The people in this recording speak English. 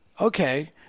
Okay